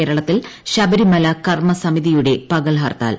കേരളത്തിൽ ശബരിമല കർമ്മ സമിതിയുടെ പകൽ ഹർത്താൽ